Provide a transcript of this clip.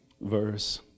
Verse